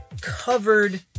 covered